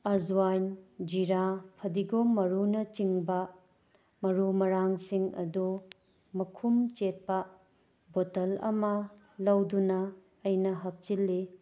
ꯑꯖꯋꯥꯏꯟ ꯖꯤꯔꯥ ꯐꯗꯤꯒꯣꯝ ꯃꯔꯨꯅ ꯆꯤꯡꯕ ꯃꯔꯨ ꯃꯔꯥꯡꯁꯤꯡ ꯑꯗꯨ ꯃꯈꯨꯝ ꯆꯦꯠꯄ ꯕꯣꯠꯇꯜ ꯑꯃ ꯂꯧꯗꯨꯅ ꯑꯩꯅ ꯍꯥꯞꯆꯤꯟꯂꯤ